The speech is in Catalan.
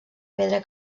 pedra